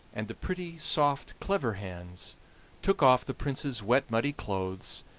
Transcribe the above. and the pretty, soft, clever hands took off the prince's wet, muddy clothes,